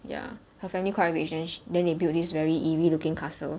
ya her family collaborations then they build this very eerie looking castle